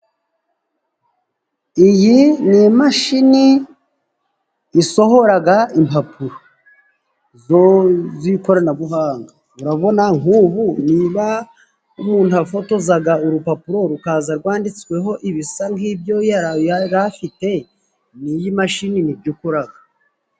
Iyi ni imashini isohora impapuro z'ikoranabuhanga, urabona nk'ubu niba umuntu afotoza urupapuro rukaza rwanditsweho ibisa nk'ibyo yari afite n'iyi mashini ni byo ikora.